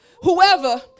whoever